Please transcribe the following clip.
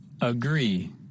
agree